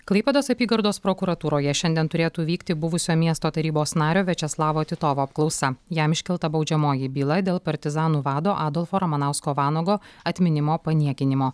klaipėdos apygardos prokuratūroje šiandien turėtų vykti buvusio miesto tarybos nario viačeslavo titovo apklausa jam iškelta baudžiamoji byla dėl partizanų vado adolfo ramanausko vanago atminimo paniekinimo